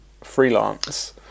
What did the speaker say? freelance